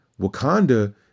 Wakanda